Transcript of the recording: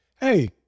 Hey